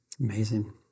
Amazing